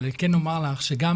אבל אני כן אומר לך שגם